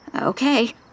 Okay